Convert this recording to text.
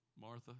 Martha